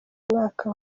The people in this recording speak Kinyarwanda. mwaka